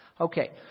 Okay